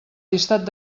llistat